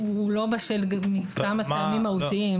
הוא לא בשל מכמה טעמים מהותיים.